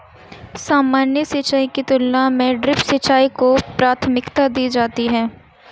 सामान्य सिंचाई की तुलना में ड्रिप सिंचाई को प्राथमिकता दी जाती है